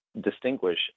distinguish